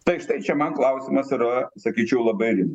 tai štai čia man klausimas yra sakyčiau labai rimt